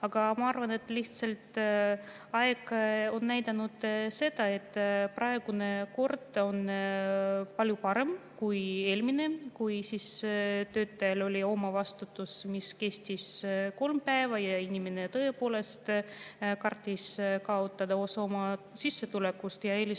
Aga ma arvan, et lihtsalt aeg on näidanud, et praegune kord on palju parem kui eelmine, kui töötaja omavastutus kestis kolm päeva, inimene tõepoolest kartis kaotada osa oma sissetulekust ja eelistas